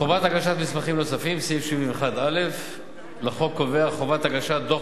חובת הגשת מסמכים נוספים: סעיף 71א לחוק קובע חובה להגשת דוח